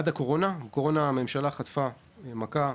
עד הקורונה בקורונה הממשלה חטפה מכה.